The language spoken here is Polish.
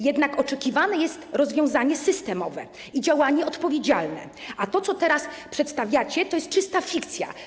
Jednak oczekiwane jest rozwiązanie systemowe i działanie odpowiedzialne, a to, co teraz przedstawiacie, to jest czysta fikcja.